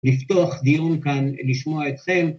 ‫לפתוח דיון כאן, לשמוע אתכם.